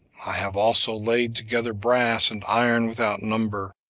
i have also laid together brass and iron without number,